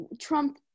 Trump